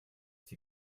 sie